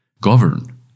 govern